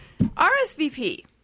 RSVP